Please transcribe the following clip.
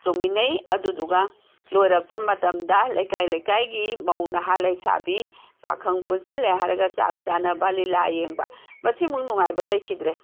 ꯆꯣꯡꯃꯤꯟꯅꯩ ꯑꯗꯨꯗꯒ ꯂꯣꯏꯔꯛꯄ ꯃꯇꯝꯗ ꯂꯩꯀꯥꯏ ꯂꯩꯀꯥꯏꯒꯤ ꯃꯧ ꯅꯍꯥ ꯂꯩꯁꯥꯕꯤ ꯄꯥꯈꯪ ꯄꯨꯟꯁꯤꯜꯂꯦ ꯍꯥꯏꯔꯒ ꯆꯥꯛ ꯆꯥꯟꯅꯕ ꯂꯤꯂꯥ ꯌꯦꯡꯕ ꯃꯁꯤꯃꯨꯛ ꯅꯨꯡꯉꯥꯏꯕ ꯂꯩꯈꯤꯗ꯭ꯔꯦ